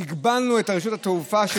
הגבלנו את רשות שדות התעופה,